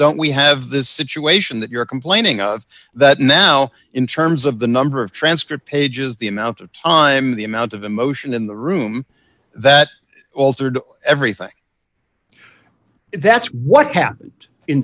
then we have the situation that you're complaining of that now in terms of the number of transcript pages the amount of time the amount of emotion in the room that altered everything that's what happened in